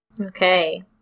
Okay